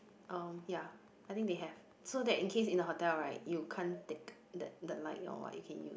um ya I think they have so that in case in the hotel right you can't take that the light or what you can use